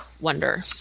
wonder